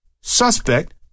suspect